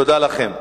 תודה לכם.